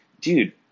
dude